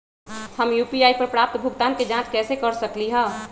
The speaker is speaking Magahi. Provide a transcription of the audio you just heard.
हम यू.पी.आई पर प्राप्त भुगतान के जाँच कैसे कर सकली ह?